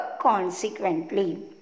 consequently